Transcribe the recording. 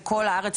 תפקידך שם?